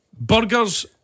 Burgers